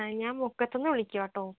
ഞാന് മുക്കത്തിന്നു വിളിക്കുവാട്ടോ